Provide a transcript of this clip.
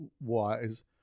wise